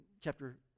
chapter